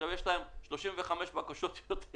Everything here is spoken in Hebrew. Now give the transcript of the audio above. ועכשיו יש להם 35 בקשות יותר